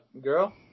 girl